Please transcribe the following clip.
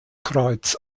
kreuz